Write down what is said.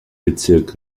bezirk